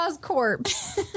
corpse